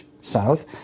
south